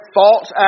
false